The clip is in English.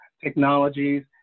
technologies